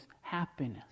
happiness